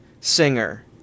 singer